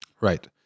Right